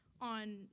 on